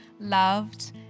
loved